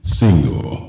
single